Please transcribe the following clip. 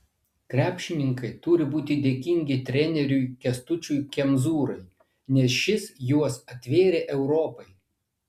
krepšininkai turi būti dėkingi treneriui kęstučiui kemzūrai nes šis juos atvėrė europai